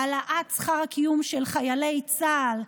העלאת דמי הקיום של חיילי צה"ל,